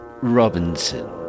Robinson